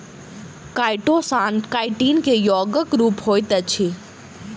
chitosan chitin के यौगिक रूप होइत अछि